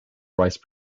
rice